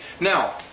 Now